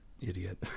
idiot